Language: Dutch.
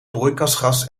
broeikasgas